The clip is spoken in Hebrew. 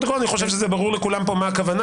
אני חושב שזה ברור לכולם כאן מה הכוונה,